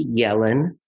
Yellen